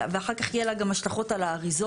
ואחר כך יהיה לה גם השלכות על האריזות,